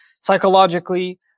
psychologically